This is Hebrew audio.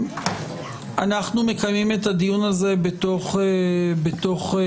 אנחנו מקיימים את הדיון הזה בתוך הפגרה,